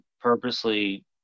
purposely